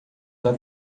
ela